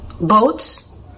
boats